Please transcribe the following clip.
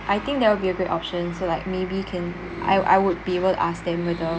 I think that will be a great option so like maybe can I I would be able to ask them whether